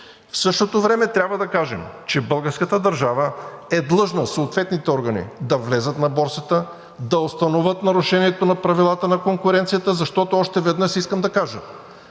в същото време трябва да кажем, че българската държава е длъжна – съответните органи да влязат на борсата, да установят нарушението на правилата на конкуренцията, защото още веднъж искам да кажа: